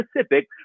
specific